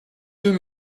deux